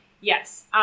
Yes